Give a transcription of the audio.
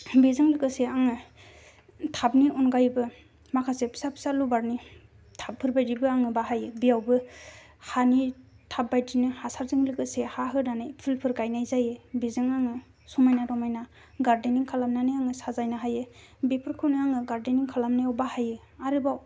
बेजों लोगोसे आङो थाबनि अनगायैबो माखासे फिसा फिसा लबारनि थाबफोरबायदिबो आं बाहायो बेयावबो हानि थाब बायदिनो हासारजों लोगोसे हा होनानै फुलफोर गायनाय जायो बेजों आङो समायना रमायना गार्देनिं खालामनानै साजायनो हायो बेफोरखौनो आङो गार्देनिं खालामनायाव बाहायो आरोबाव